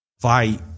fight